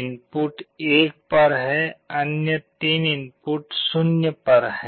input 1 पर है अन्य 3 इनपुट 0 पर हैं